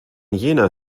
jener